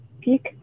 peak